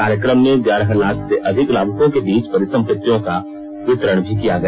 कार्यक्रम में ग्यारह लाख से अधिक लाभुकों के बीच परिसंपतियों का भी वितरण किया गया